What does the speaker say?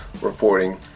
reporting